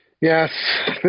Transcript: Yes